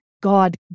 God